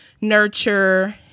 nurture